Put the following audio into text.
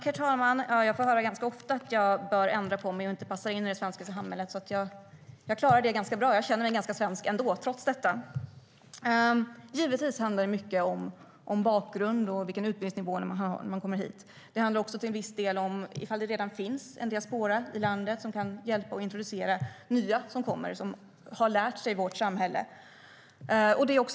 Herr talman! Jag får höra ganska ofta att jag bör ändra på mig och att jag inte passar in i det svenska samhället. Jag klarar det rätt bra. Jag känner mig ganska svensk ändå, trots det. Givetvis handlar det mycket om bakgrund och vilken utbildningsnivå man har när man kommer hit. Det handlar till viss del också om ifall det redan finns en diaspora i landet som har lärt sig vårt samhälle och som kan hjälpa och introducera nya som kommer.